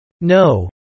No